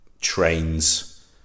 trains